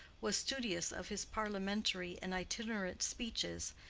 was studious of his parliamentary and itinerant speeches,